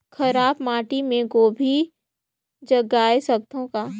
खराब माटी मे गोभी जगाय सकथव का?